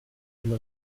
une